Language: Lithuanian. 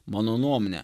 mano nuomone